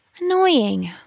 Annoying